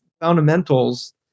fundamentals